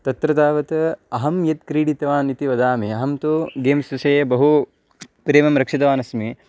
तत्र तावत् अहं यत् क्रीडितवान् इति वदामि अहं तु गेम्स् विषये बहु प्रेमं रक्षितवान् अस्मि